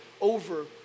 over